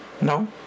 No